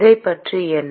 இதைப்பற்றி என்ன